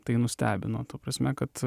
tai nustebino ta prasme kad